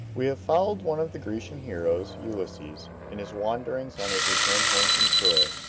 we have followed one of the grecian heroes, ulysses, in his wanderings on his return home from troy,